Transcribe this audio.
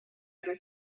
other